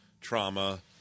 trauma-